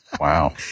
Wow